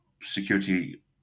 security